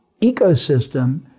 ecosystem